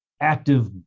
active